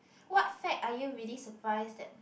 what fact are you really surprised that